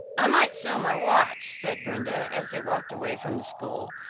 i might sell my watch, said brenda, as they walked away from the school,